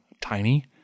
tiny